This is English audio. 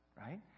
right